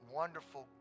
wonderful